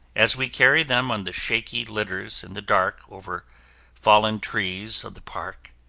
as we carry them on the shaky litters in the dark over fallen trees of the park,